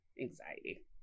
anxiety